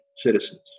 citizens